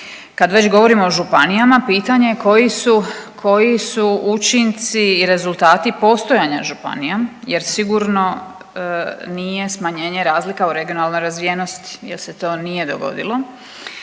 Kad već govorimo o županijama pitanje je koji su učinci i rezultati postojanja županija, jer sigurno nije smanjenje razlika u regionalnoj razvijenosti jer se to nije dogodilo,